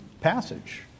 passage